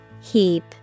Heap